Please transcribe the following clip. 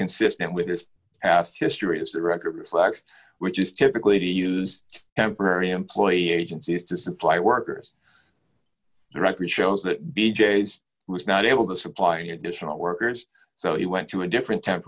consistent with his past history as the record reflects which is typically used temporary employee agencies to supply workers the record shows that b j is was not able to supply any additional workers so he went to a different temp